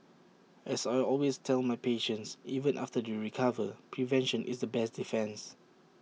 as I always tell my patients even after they recover prevention is the best defence